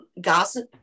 gossip